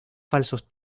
falsos